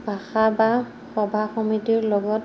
ভাষা বা সভা সমিতিৰ লগত